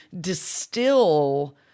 distill